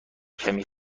کمی